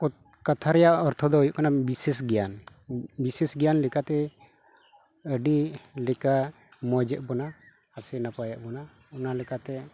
ᱠᱟᱛᱷᱟ ᱨᱮᱭᱟᱜ ᱚᱨᱛᱷᱚ ᱫᱚ ᱦᱩᱭᱩᱜ ᱠᱟᱱᱟ ᱵᱤᱥᱮᱥ ᱜᱮᱭᱟᱱ ᱵᱤᱥᱮᱥ ᱜᱮᱭᱟᱱ ᱞᱮᱠᱟᱛᱮ ᱟᱹᱰᱤ ᱞᱮᱠᱟ ᱢᱚᱡᱮᱫ ᱵᱚᱱᱟ ᱟᱨ ᱥᱮ ᱱᱟᱯᱟᱭᱮᱫ ᱵᱚᱱᱟ ᱚᱱᱟ ᱞᱮᱠᱟᱛᱮ